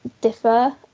differ